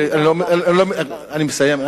אני מסיים.